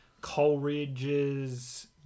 Coleridge's